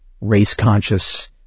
race-conscious